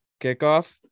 kickoff